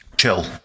chill